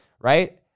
right